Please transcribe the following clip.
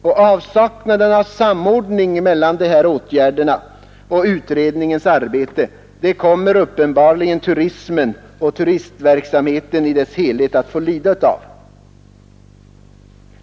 Och avsaknaden av samordning mellan de här åtgärderna och utredningens arbete kommer uppenbarligen turismen och turistverksamheten i dess helhet att få lida av.